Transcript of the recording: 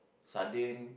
sardine